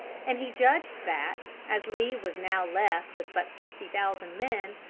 and he judged that, as lee was now left with but sixty thousand men,